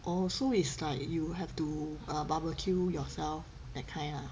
oh so is like you have to err barbecue yourself that kind ah